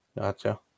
Gotcha